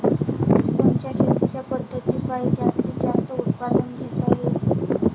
कोनच्या शेतीच्या पद्धतीपायी जास्तीत जास्त उत्पादन घेता येईल?